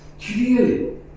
Clearly